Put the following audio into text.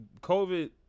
covid